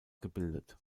gebildet